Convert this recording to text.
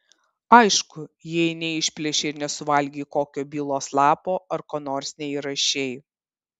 aišku jei neišplėšei ir nesuvalgei kokio bylos lapo ar ko nors neįrašei